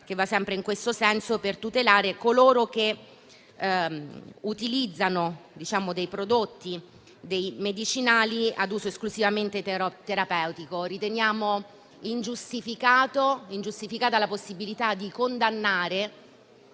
che va sempre in questo senso, per tutelare coloro che utilizzano dei medicinali ad uso esclusivamente terapeutico. Riteniamo ingiustificata la condanna e